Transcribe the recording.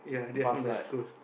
pass like